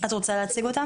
את רוצה להציג אותם?